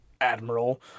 Admiral